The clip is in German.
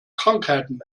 krankheiten